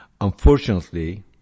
Unfortunately